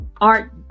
art